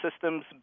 systems